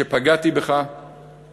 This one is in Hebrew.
על שפגעתי בך כשנסעת.